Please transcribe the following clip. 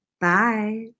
Bye